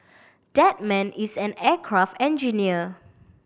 that man is an aircraft engineer